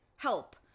Help